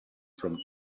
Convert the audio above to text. from